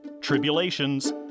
tribulations